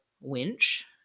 winch